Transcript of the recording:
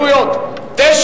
ההסתייגויות של קבוצת